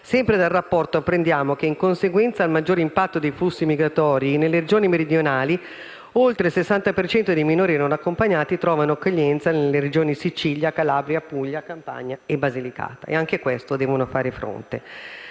Sempre dal rapporto apprendiamo che, in conseguenza al maggiore impatto dei flussi migratori nelle Regioni meridionali, oltre il 60 per cento dei minori non accompagnati trovano accoglienza nelle Regioni Sicilia, Calabria, Puglia, Campania e Basilicata: anche a questo devono fare fronte